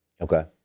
Okay